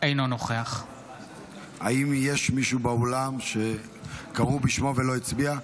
אינו נוכח האם יש מישהו באולם שקראו בשמו ולא הצביע?